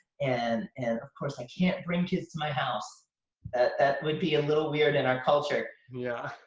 and and of course, i can't bring kids to my house. that would be a little weird in our culture. yeah.